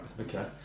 okay